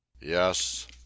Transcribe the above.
Yes